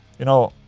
you know.